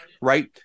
right